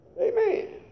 Amen